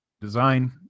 design